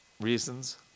reasons